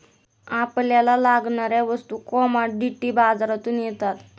आपल्याला लागणाऱ्या वस्तू कमॉडिटी बाजारातून येतात